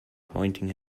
pointing